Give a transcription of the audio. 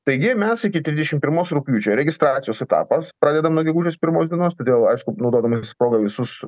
taigi mes iki trisdešimt pirmos rugpjūčio registracijos etapas pradedam nuo gegužės pirmos dienos todėl aš naudodamasis proga visus